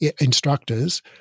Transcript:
instructors